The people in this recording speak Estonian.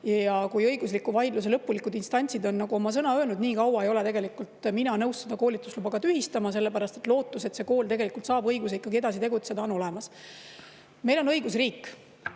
Kuni õigusliku vaidluse lõplikud instantsid ei ole oma sõna öelnud, niikaua ei ole mina nõus seda koolitusluba tühistama, sellepärast et lootus, et see kool saab õiguse ikkagi edasi tegutseda, on olemas. Meil on õigusriik,